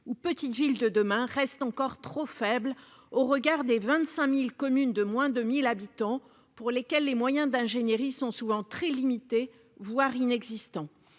ou Petites Villes de demain reste encore trop faible au regard des 25000 communes de moins de 1000 habitants, pour lesquels les moyens d'ingénierie sont souvent très limité, voire inexistant,